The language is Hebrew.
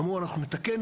אמרו אנחנו נתקן,